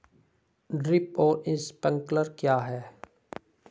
Drip और sprinkler क्या हैं?